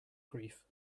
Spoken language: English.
grief